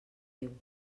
déu